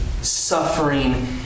suffering